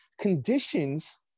conditions